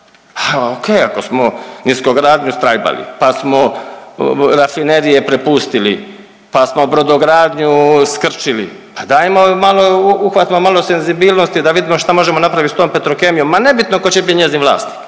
kao smo niskogradnju strajbali, pa smo rafinerije prepustili, pa smo brodogradnju skršili, pa dajmo malo, uhvatimo malo senzibilnosti da vidimo što možemo napraviti s tom Petrokemijom. Ma nebitno tko će biti njezin vlasnik.